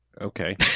Okay